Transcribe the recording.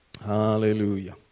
hallelujah